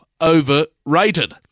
Overrated